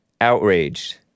outraged